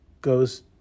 goes